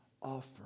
offer